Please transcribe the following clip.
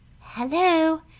Hello